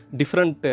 different